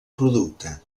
producte